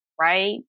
right